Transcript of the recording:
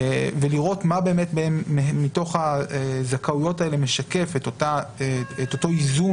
ולראות מה באמת מתוך הזכאויות האלה משקף את אותו איזון